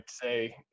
say